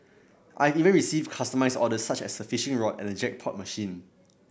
I have even received customised orders such as a fishing rod and a jackpot machine